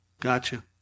Gotcha